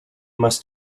must